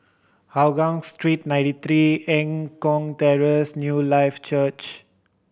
Hougang Street Ninety Three Eng Kong Terrace Newlife Church